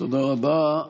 תודה רבה.